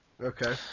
okay